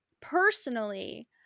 Personally